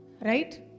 right